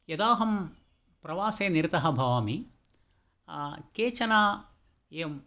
यदाहं प्रवासे निरतः भवामि केचन एवं